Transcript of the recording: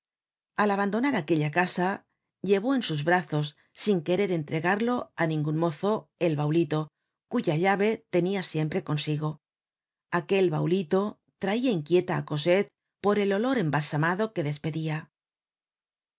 al abandonar aquella casa llevó en sus brazos sin querer entregarlo á ningun mozo el baulito cuya llave tenia siempre consigo aquel baulito traia inquieta á cosette por el olor embalsamado que despedia